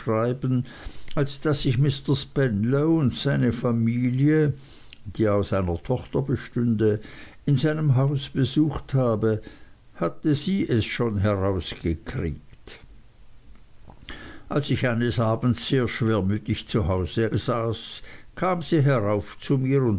als daß ich mr spenlow und seine familie die aus einer tochter bestünde in seinem hause besucht habe hatte sie es schon herausgekriegt als ich eines abends sehr schwermütig zu hause saß kam sie herauf zu mir